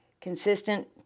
consistent